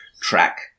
track